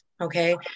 Okay